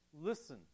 listen